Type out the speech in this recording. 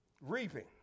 reaping